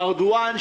ארדואן,